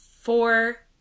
four